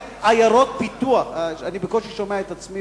"עיירות פיתוח" אני בקושי שומע את עצמי